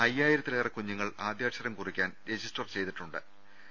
അയ്യായിരത്തിലേറെ കുഞ്ഞുങ്ങൾ ആദ്യാക്ഷരം കുറിക്കാൻ രജി സ്ടർ ചെയ്തു കഴിഞ്ഞു